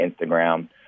Instagram